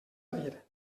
dir